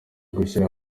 gushyira